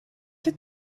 did